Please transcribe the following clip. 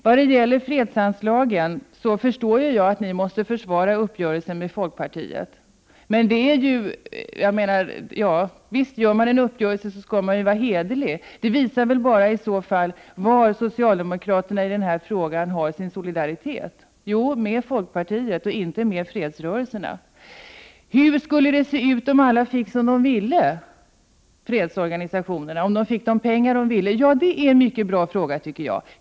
När det gäller fredsanslagen förstår jag att socialdemokraterna måste försvara uppgörelsen med folkpartiet. Gör man en uppgörelse skall man visst vara hederlig. Det visar bara var socialdemokraterna i denna fråga har sin solidaritet — med folkpartiet och inte med fredsrörelserna. Hur skulle det se ut om alla fredsorganisationerna fick de pengar de ville ha? Det är en mycket bra fråga, tycker jag.